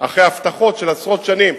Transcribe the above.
אחרי הבטחות של עשרות שנים,